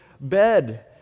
bed